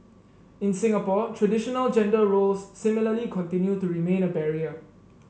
in Singapore traditional gender roles similarly continue to remain a barrier